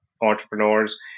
entrepreneurs